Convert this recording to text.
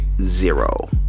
zero